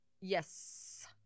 Yes